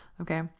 okay